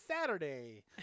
Saturday